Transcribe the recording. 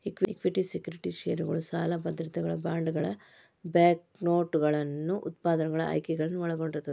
equity securities ಷೇರುಗಳನ್ನ ಸಾಲ ಭದ್ರತೆಗಳ ಬಾಂಡ್ಗಳ ಬ್ಯಾಂಕ್ನೋಟುಗಳನ್ನ ಉತ್ಪನ್ನಗಳು ಆಯ್ಕೆಗಳನ್ನ ಒಳಗೊಂಡಿರ್ತದ